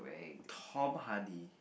Tom Hardy